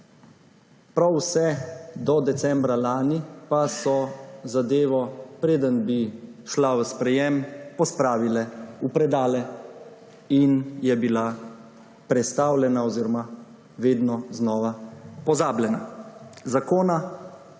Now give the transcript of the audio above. prav vse do decembra lani pa so zadevo, preden bi šla v sprejetje, pospravile v predale in je bila prestavljena oziroma vedno znova pozabljena. Zakona